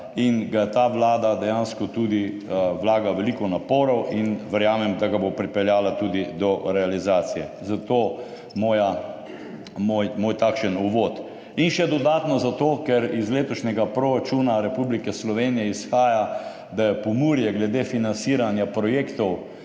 vlada in ta vlada dejansko tudi vlaga veliko naporov in verjamem, da ga bo pripeljala tudi do realizacije, zato takšen moj uvod. In še dodatno zato, ker iz letošnjega proračuna Republike Slovenije izhaja, da je Pomurje glede financiranja projektov,